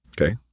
Okay